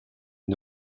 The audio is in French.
est